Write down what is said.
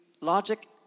logic